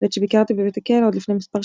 בעת שביקרתי בבית הכלא עוד לפני מספר שנים,